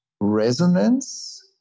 resonance